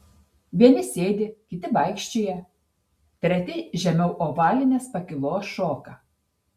vieni sėdi kiti vaikščioja treti žemiau ovalinės pakylos šoka